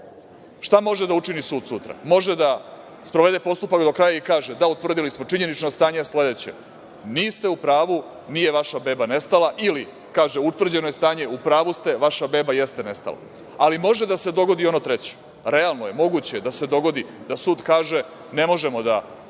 šta može da učini sud sutra? Može da sprovede postupak do kraja i kaže – da, utvrdili smo činjenično stanje je sledeće, niste u pravu, nije vaša beba nestala ili kaže – utvrđeno je stanje, u pravu ste, vaša beba jeste nestala. Može da se dogodi i ono treće. Realno je, moguće je da se dogodi da sud kaže – ne možemo da